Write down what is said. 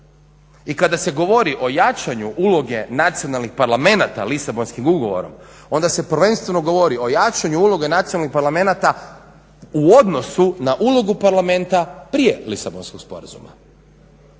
I kada se govori o jačanju uloge nacionalnih parlamenata Lisabonskim ugovorom onda se prvenstveno govori o jačanju uloge nacionalnih parlamenata u odnosu na ulogu parlamenta prije Lisabonskog sporazuma.